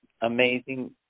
amazing